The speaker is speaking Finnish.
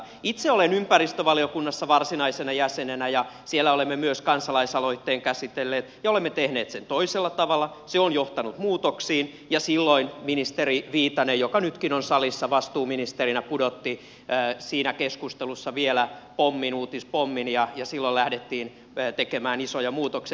itse olen ympäristövaliokunnassa varsinaisena jäsenenä ja myös siellä olemme kansalaisaloitteen käsitelleet ja olemme tehneet sen toisella tavalla se on johtanut muutoksiin ja silloin ministeri viitanen joka nytkin on salissa vastuuministerinä pudotti siinä keskustelussa vielä uutispommin ja silloin lähdettiin tekemään isoja muutoksia